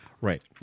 Right